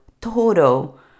total